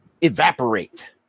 evaporate